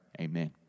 Amen